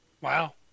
Wow